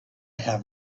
have